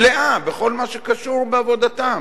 מלאה, בכל מה שקשור לעבודתם.